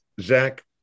zach